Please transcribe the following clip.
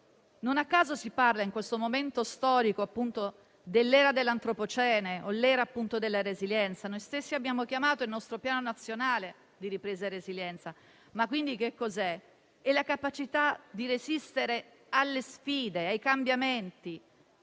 Non a caso si parla, in questo momento storico, dell'era dell'antropocene o dell'era della resilienza: noi stessi abbiamo chiamato il nostro piano nazionale di ripresa e resilienza. Si tratta dunque della capacità di resistere alle sfide e ai cambiamenti